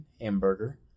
hamburger